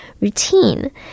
routine